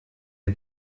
est